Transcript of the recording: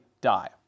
die